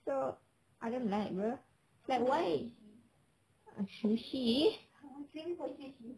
so I don't like bro like why sushi